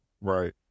Right